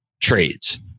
trades